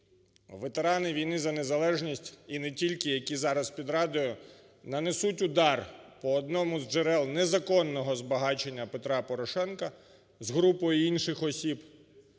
ветерани війни за незалежність і не тільки, які зараз під Радою, нанесуть удар по одному з джерел незаконного збагачення Петра Порошенка з групою інших осіб.